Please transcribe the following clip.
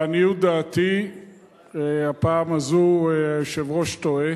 לעניות דעתי הפעם הזאת היושב-ראש טועה,